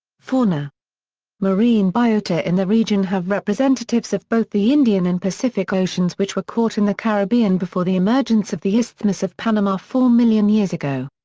fauna marine biota in the region have representatives of both the indian and pacific oceans which were caught in the caribbean before the emergence of the isthmus of panama four million years ago.